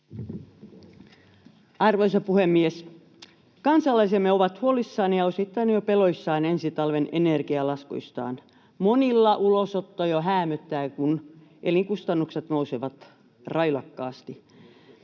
Arvoisa puhemies! Kansalaisemme ovat huolissaan ja osittain jo peloissaan ensi talven energialaskuistaan. Monilla ulosotto jo häämöttää, kun elinkustannukset nousevat railakkaasti.